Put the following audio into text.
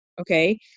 okay